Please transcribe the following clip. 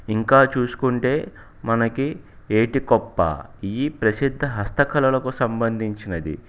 ఇంకా చూసుకుంటే మనకి ఏటికొప్పాక ఇది ప్రసిద్ధ హస్త కళలకు సంబంధించినది